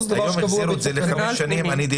זו הנחיה, כן.